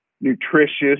nutritious